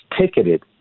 ticketed